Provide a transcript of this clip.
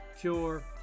cure